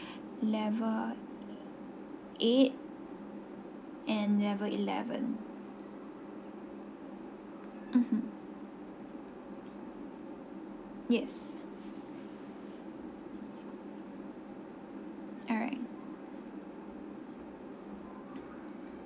level eight and level eleven mmhmm yes alright